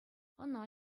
ӑна